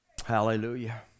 Hallelujah